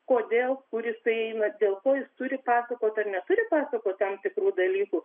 kodėl kur jisai eina dėl ko jis turi pasakot ar neturi pasakot tam tikrų dalykų